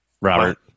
Robert